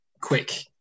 quick